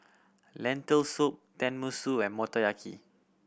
Lentil Soup Tenmusu and Motoyaki